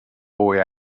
boy